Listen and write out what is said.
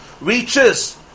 reaches